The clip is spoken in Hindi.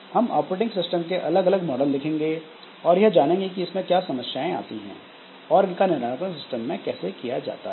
हम ऑपरेटिंग सिस्टम के अलग अलग मॉडल देखेंगे और यह जानेंगे कि इसमें क्या समस्याएं आती हैं और इनका निराकरण सिस्टम में कैसे किया जाता है